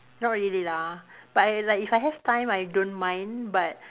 not really lah but like if I have time I don't mind but